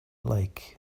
lake